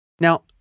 Now